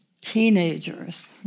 teenagers